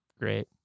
great